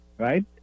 Right